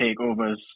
takeover's